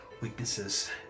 weaknesses